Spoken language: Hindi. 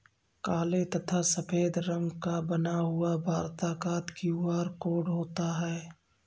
काले तथा सफेद रंग का बना हुआ वर्ताकार क्यू.आर कोड होता है